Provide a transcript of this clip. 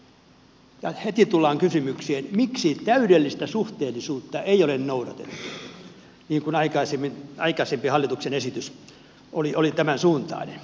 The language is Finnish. ja heti tullaan kysymykseen miksi täydellistä suhteellisuutta ei ole noudatettu aikaisempi hallituksen esitys oli tämän suuntainen